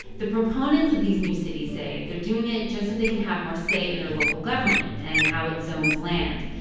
the proponents of these new cities say they're doing it just so they can have more say in their local government and how it zones land.